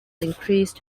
increased